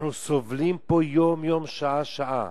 אנחנו סובלים פה יום-יום, שעה-שעה.